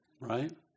right